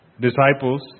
disciples